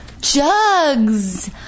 Jugs